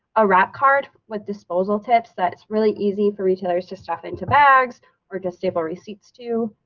a wrap card with disposable tips that's really easy for retailers to stuff into bags or just stable receipts to,